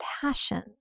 passion